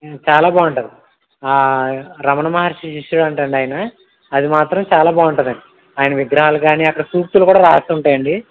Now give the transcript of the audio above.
చాలా బాగుంటుంది రమణ మహర్షి శిష్యుడు అంట అండి ఆయన అది మాత్రం చాలా బాగుంటుందండి ఆయన విగ్రహాలు కానీ అక్కడ సూక్తులు కూడా రాసి ఉంటాయండి